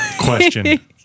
Question